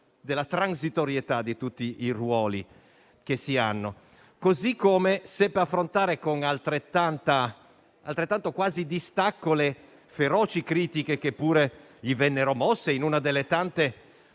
della transitorietà di tutti i ruoli ricoperti. Allo stesso modo seppe affrontare con altrettanto distacco le feroci critiche che pure gli vennero mosse in uno dei tanti